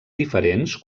diferents